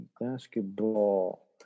basketball